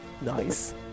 Nice